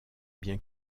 bien